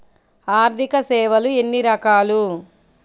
ఆర్థిక సేవలు ఎన్ని రకాలు?